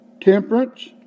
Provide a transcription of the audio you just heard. temperance